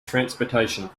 transportation